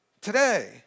today